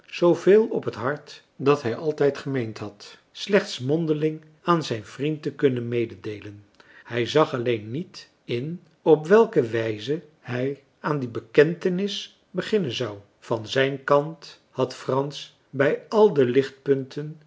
zooveel op het hart dat hij altijd gemeend had slechts mondeling aan zijn vriend te kunnen mededeelen hij zag alleen niet in op welke wijze hij aan die bekentenis beginnen zou van zijn kant had frans bij al de